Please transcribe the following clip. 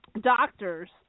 doctors